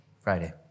Friday